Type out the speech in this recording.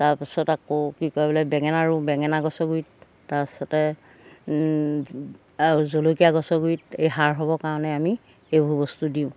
তাৰপিছত আকৌ কি কয় বোলে বেঙেনা ৰোওঁ বেঙেনা গছৰ গুড়িত তাৰপাছতে আৰু জলকীয়া গছ গুড়িত এই সাৰ হ'ব কাৰণে আমি এইবোৰ বস্তু দিওঁ